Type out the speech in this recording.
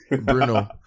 Bruno